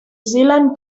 zealand